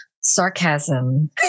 sarcasm